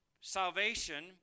salvation